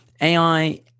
AI